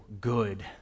good